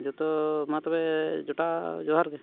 ᱡᱚᱛᱚ ᱢᱟᱛᱚᱵᱮ ᱡᱚᱴᱟ ᱡᱚᱦᱟᱨ ᱜᱮ